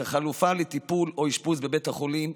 כחלופה לטיפול או אשפוז בבית החולים,